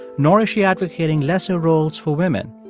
nor is she advocating lesser roles for women.